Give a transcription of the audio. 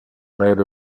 led